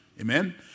amen